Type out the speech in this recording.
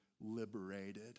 liberated